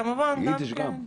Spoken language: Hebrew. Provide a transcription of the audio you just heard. אידיש כמובן, גם.